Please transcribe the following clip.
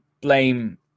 blame